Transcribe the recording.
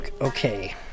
Okay